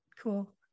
Cool